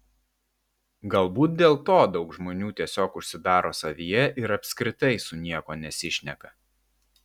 galbūt dėl to daug žmonių tiesiog užsidaro savyje ir apskritai su niekuo nesišneka